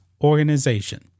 organization